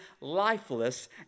lifeless